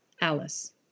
Alice